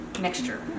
mixture